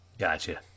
Gotcha